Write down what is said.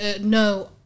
No